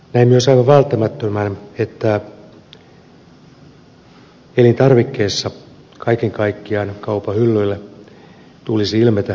näen myös aivan välttämättömänä että elintarvikkeissa kaiken kaikkiaan kaupan hyllyillä tulisi ilmetä alkuperämaa